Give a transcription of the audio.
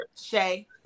Shay